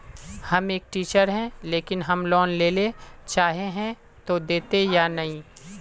हम एक टीचर है लेकिन हम लोन लेले चाहे है ते देते या नय?